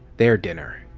their dinner.